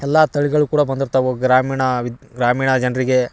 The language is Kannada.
ಎಲ್ಲಾ ತಳಿಗಳು ಕೂಡ ಬಂದಿರ್ತವು ಗ್ರಾಮೀಣ ವಿದ್ ಗ್ರಾಮೀಣ ಜನರಿಗೆ